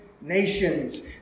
nations